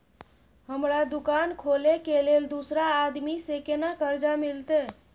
हमरा दुकान खोले के लेल दूसरा आदमी से केना कर्जा मिलते?